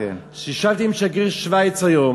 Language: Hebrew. ישבתי עם שגריר שווייץ היום,